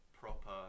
proper